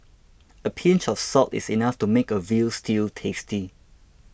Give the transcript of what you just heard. a pinch of salt is enough to make a Veal Stew tasty